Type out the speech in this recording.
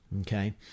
Okay